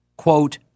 quote